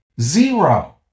Zero